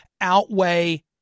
outweigh